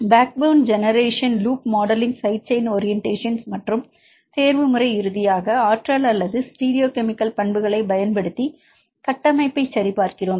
backbone generation loop modelling side chain orientations மற்றும் தேர்வுமுறை இறுதியாக ஆற்றல் அல்லது ஸ்டீரியோகெமிக்கல் பண்புகளைப் பயன்படுத்தி கட்டமைப்பை சரிபார்க்கிறோம்